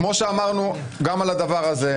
כמו שאמרנו גם על הדבר הזה,